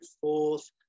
forth